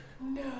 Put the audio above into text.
No